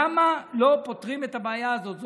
למה לא פותרים את הבעיה הזאת?